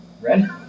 Red